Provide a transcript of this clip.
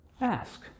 Ask